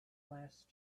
last